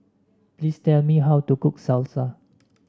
please tell me how to cook Salsa